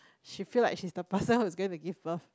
she feel like she the person whose going to give birth